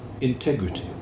integrity